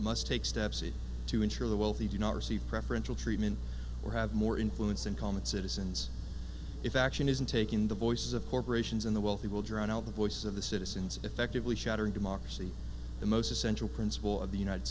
must take steps to ensure the wealthy do not receive preferential treatment or have more influence and common citizens if action isn't taken the voices of corporations in the wealthy will drown out the voice of the citizens effectively shatter democracy the most essential principle of the united